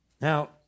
Now